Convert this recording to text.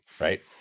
right